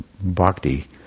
bhakti